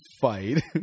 fight